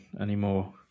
anymore